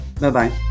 Bye-bye